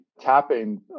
Tapping